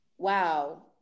wow